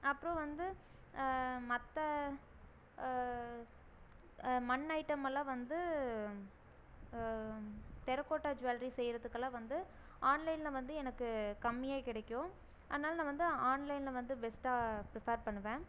அப்றம் வந்து மற்ற மண் ஐட்டமெல்லாம் வந்து டெரக்கோட்டா ஜுவல்ரி செய்யிறதுக்குலாம் வந்து ஆன்லைனில் வந்து எனக்கு கம்மியாக கிடைக்கும் அதனால நான் வந்து ஆன்லைனில் வந்து பெஸ்ட்டாக ப்ரிப்பர் பண்ணுவேன்